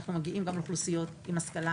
אנחנו מגיעים גם לאוכלוסיות עם השכלה